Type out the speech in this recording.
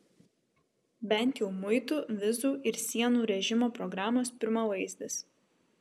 bent jau muitų vizų ir sienų režimo programos pirmavaizdis